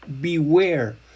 beware